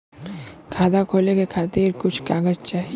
खाता खोले के खातिर कुछ कागज चाही?